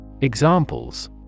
Examples